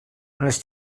les